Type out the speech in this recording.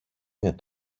είναι